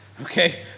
Okay